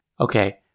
Okay